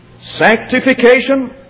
sanctification